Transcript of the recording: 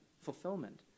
fulfillment